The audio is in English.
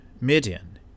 Midian